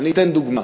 אני אתן דוגמה.